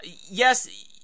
Yes